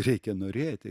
reikia norėti